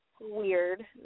weird